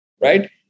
right